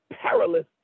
perilous